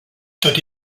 tot